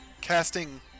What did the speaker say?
casting